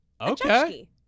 Okay